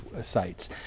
sites